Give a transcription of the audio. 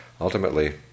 ultimately